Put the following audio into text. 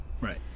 right